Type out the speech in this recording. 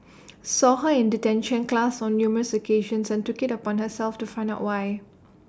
saw her in detention class on numerous occasions and took IT upon herself to find out why